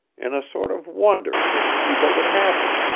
in a sort of wonder to see what would happen,